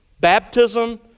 baptism